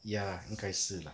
ya 应该是 lah